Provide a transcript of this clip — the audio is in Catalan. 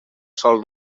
sòl